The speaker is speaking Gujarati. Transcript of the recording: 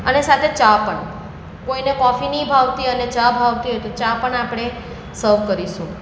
અને સાથે ચા પણ કોઈને કોફી નહીં ભાવતી અને ચા ભાવતી હોય તો ચા પણ આપળે સર્વ કરીશું